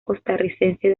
costarricense